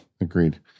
Agreed